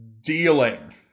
dealing